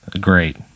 Great